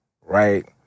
right